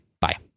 Bye